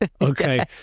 Okay